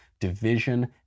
division